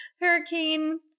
Hurricane